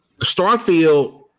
Starfield